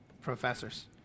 professors